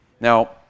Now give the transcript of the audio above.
Now